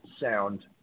sound